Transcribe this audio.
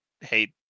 hey